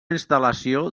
instal·lació